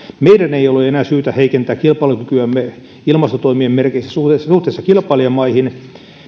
meidän ei ole enää syytä heikentää kilpailukykyämme ilmastotoimien merkeissä suhteessa kilpailijamaihin